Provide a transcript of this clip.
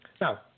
Now